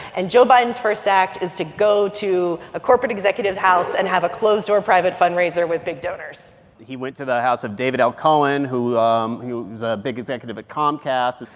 and joe biden's first act is to go to a corporate executive's house and have a closed-door, private fundraiser with big donors he went to the house of david l. cohen, who um who is a big executive at comcast.